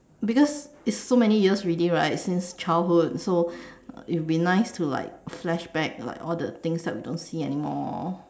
because it's so many years already right since childhood so it will be nice to like flashback like all the things that we don't see anymore